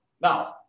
Now